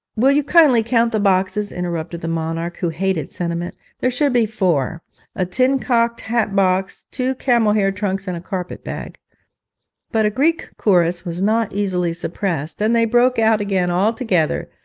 will you kindly count the boxes interrupted the monarch, who hated sentiment there should be four a tin cocked-hat box, two camel-hair trunks, and a carpet bag but a greek chorus was not easily suppressed, and they broke out again all together,